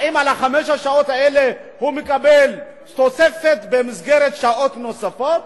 האם על חמש השעות האלה הוא מקבל תוספת במסגרת שעות נוספות,